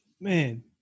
Man